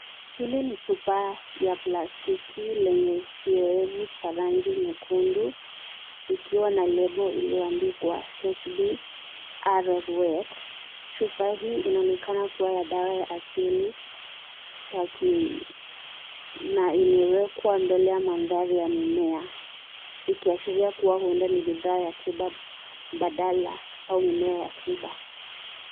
Hili ni chupa ya plastiki yenye kiowevu cha rangi nyekundu ikiwa na lebo iliyoandikwa (cs)HB Arorwet(cs). Chupa hii inaonekana kuwa na dawa ya asili na imewekwa mbele ya mandhari ya mimea ikiashiria kwamba huenda ni bidhaa ya tiba mbadala au mimea ya tiba.